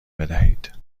بدهید